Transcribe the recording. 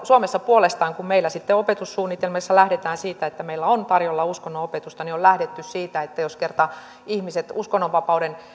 suomessa puolestaan kun meillä sitten opetussuunnitelmissa lähdetään siitä että meillä on tarjolla uskonnonopetusta on lähdetty siitä että jos kerran ihmiset uskonnonvapauden